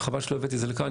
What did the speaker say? וחבל שלא הבאתי את זה לכאן,